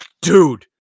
dude